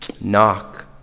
knock